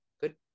Good